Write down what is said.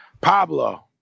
Pablo